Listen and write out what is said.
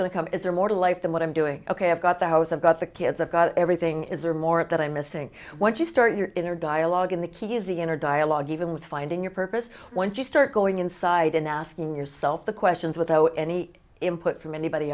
going to come is there more to life than what i'm doing ok i've got the house i've got the kids i've got everything is there more it that i'm missing once you start your inner dialogue and the key is the inner dialogue even with finding your purpose once you start going inside and asking yourself the questions without any input from anybody